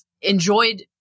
enjoyed